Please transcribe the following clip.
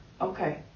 Okay